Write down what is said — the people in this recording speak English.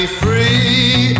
free